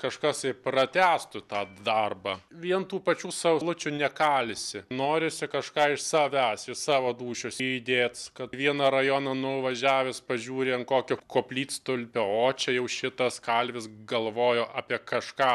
kažkas tai pratęstų tą darbą vien tų pačių saulučių nekalsi norisi kažką iš savęs iš savo dūšios įdėti kad vieną rajoną nuvažiavęs pažiūri ant kokio koplytstulpio o čia jau šitas kalvis galvojo apie kažką